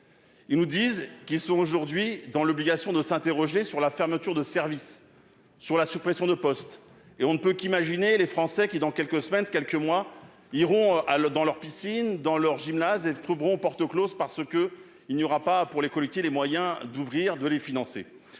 ils nous disent qu'ils sont aujourd'hui dans l'obligation de s'interroger sur la fermeture de service sur la suppression de poste et on ne peut qu'imaginer les Français qui, dans quelques semaines, quelques mois, iront à l'dans leur piscine dans leur gymnase et trouveront porte Close parce que il n'y aura pas pour les cocotiers, les moyens d'ouvrir, de les financer,